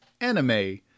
anime